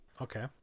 Okay